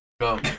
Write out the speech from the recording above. Go